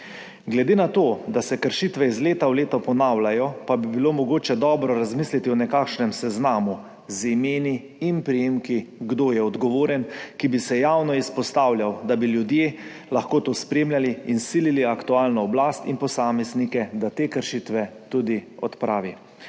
Glede na to, da se kršitve iz leta v leto ponavljajo, pa bi bilo mogoče dobro razmisliti o nekakšnem seznamu z imeni in priimki, kdo je odgovoren, ki bi se javno izpostavljal, da bi ljudje lahko to spremljali in silili aktualno oblast in posameznike, da te kršitve tudi odpravijo.